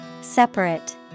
Separate